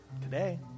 Today